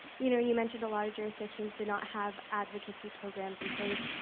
you know you mentioned a lot of jurisdictions did not have advocacy programs in place.